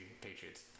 Patriots